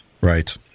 right